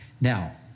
Now